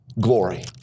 glory